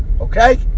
Okay